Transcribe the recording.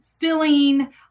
filling